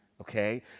okay